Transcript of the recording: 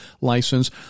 license